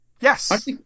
Yes